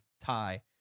tie